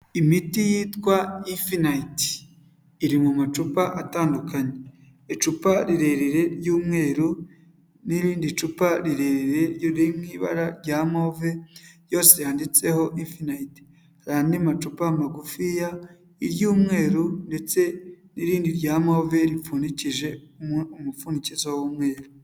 Imiti yitwa Infinite iri mu macupa atandukanye, icupa rirerire ry'umweru n'irindi cupa rirerire riri mu ibara rya move, yose yanditseho Infinite, hari andi macupa magufiya, iry'umweru ndetse n'irindi rya move ripfundikijemo umupfundikizo w'umweru.